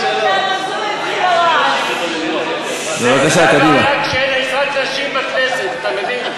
זו בעיה שאין עזרת נשים בכנסת, אתה מבין?